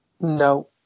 No